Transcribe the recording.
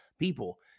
people